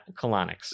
colonics